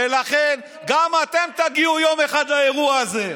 ולכן, גם אתם תגיעו יום אחד לאירוע הזה.